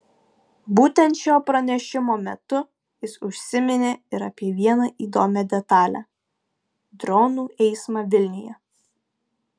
būtent šio pranešimo metu jis užsiminė ir apie vieną įdomią detalę dronų eismą vilniuje